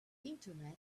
internet